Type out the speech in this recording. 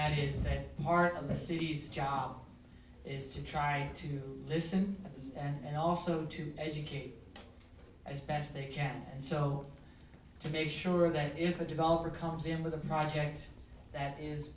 that is that part of the city's job is to try to listen and also to educate as best they can so to make sure that if a developer comes in with a project that is